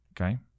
Okay